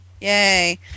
Yay